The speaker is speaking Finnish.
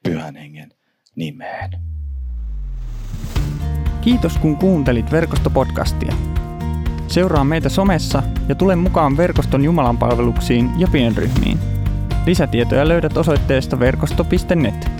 pyhän hengen nimeen. Kiitos, kun kuuntelit Verkosto-podcastia. Seuraa meitä somessa ja tule mukaan Verkoston jumalanpalveluksiin ja pienryhmiin. Lisätietoja löydät osoitteesta verkosto.net.